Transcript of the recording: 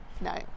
no